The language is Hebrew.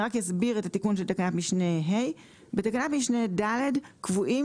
רק אסביר את התיקון של תקנת משנה (ה): בתקנת משנה (ד) קבועים